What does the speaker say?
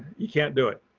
you can't do it.